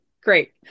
great